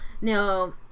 Now